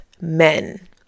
men